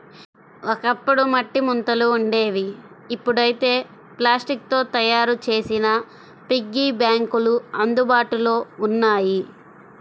ఒకప్పుడు మట్టి ముంతలు ఉండేవి ఇప్పుడైతే ప్లాస్టిక్ తో తయ్యారు చేసిన పిగ్గీ బ్యాంకులు అందుబాటులో ఉన్నాయి